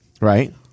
Right